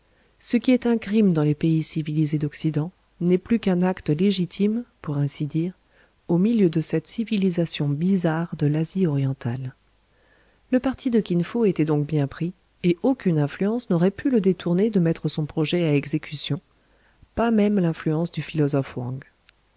ce qui est un crime dans les pays civilisés d'occident n'est plus qu'un acte légitime pour ainsi dire au milieu de cette civilisation bizarre de l'asie orientale le parti de kin fo était donc bien pris et aucune influence n'aurait pu le détourner de mettre son projet à exécution pas même l'influence du philosophe wang